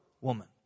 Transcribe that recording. woman